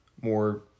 more